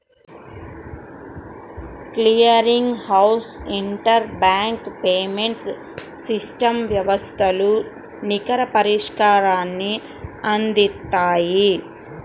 clearing house interbank payments system వ్యవస్థలు నికర పరిష్కారాన్ని అందిత్తాయి